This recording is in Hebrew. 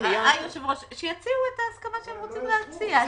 היושב ראש, שיציעו את ההסכמה שהם רוצים להציע.